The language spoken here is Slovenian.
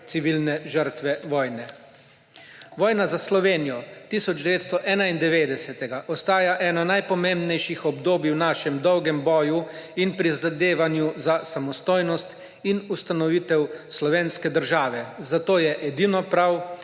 civilne žrtve vojne. Vojna za Slovenijo 1991. leta ostaja ena najpomembnejših obdobij v našem dolgem boju in prizadevanju za samostojnost in ustanovitev slovenske države, zato je edino prav,